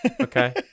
Okay